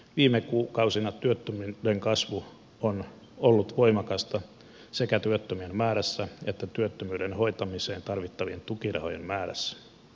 viime kuukausina työttömyyden kasvu on ollut voimakasta sekä työttömien määrässä että työttömyyden hoitamiseen tarvittavien tukirahojen määrässä